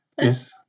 Yes